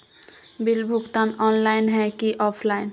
Bill भुगतान online है की ऑफलाइन?